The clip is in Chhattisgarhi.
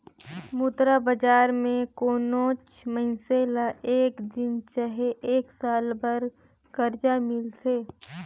मुद्रा बजार में कोनोच मइनसे ल एक दिन चहे एक साल बर करजा मिलथे